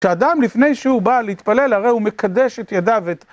כשאדם לפני שהוא בא להתפלל, הרי הוא מקדש את ידיו את...